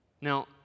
Now